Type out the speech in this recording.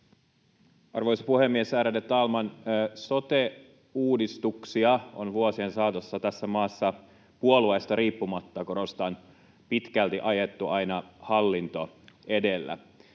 Arvoisa puhemies, ärade talman! Sote-uudistuksia on vuosien saatossa tässä maassa — puolueesta riippumatta, korostan — pitkälti ajettu aina hallinto edellä.